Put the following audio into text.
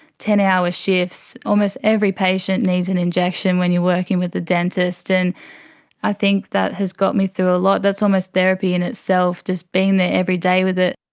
ten hour shifts, almost every patient needs an injection when you're working with a dentist, and i think that has got me through a lot. that's almost therapy in itself, just being there every day with it.